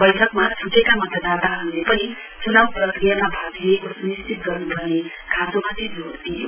बैठकमा छुटेका मतदाताहरूले पनि चुनाउ प्रक्रियामा भाग लिएको सुनिश्चित गर्नुपर्ने खाँचोमाथि जोड़ दिइयो